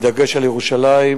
בדגש על ירושלים.